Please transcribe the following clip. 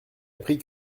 apprit